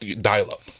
dial-up